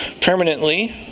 permanently